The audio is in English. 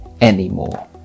anymore